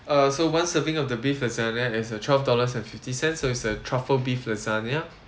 uh so one serving of the beef lasagna is a twelve dollars and fifty cents so is a truffle beef lasagna